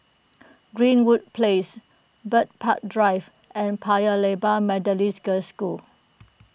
Greenwood Place Bird Park Drive and Paya Lebar Methodist Girls' School